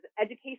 education